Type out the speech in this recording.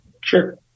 Sure